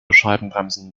scheibenbremsen